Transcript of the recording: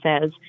says